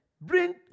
bring